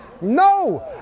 no